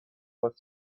was